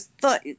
thought